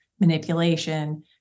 manipulation